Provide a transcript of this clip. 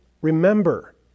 remember